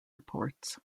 reports